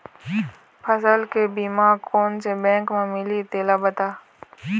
फसल के बीमा कोन से बैंक म मिलही तेला बता?